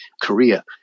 Korea